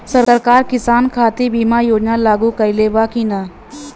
सरकार किसान खातिर बीमा योजना लागू कईले बा की ना?